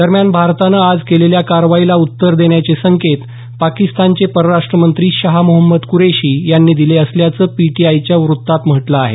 दरम्यान भारतानं आज केलेल्या कारवाईला उत्तर देण्याचे संकेत पाकिस्तानचे परराष्ट्र मंत्री शाह मोहम्मद कुरेशी यांनी दिले असल्याचं पीटीआयच्या वृत्तात म्हटलं आहे